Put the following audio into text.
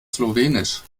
slowenisch